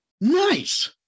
Nice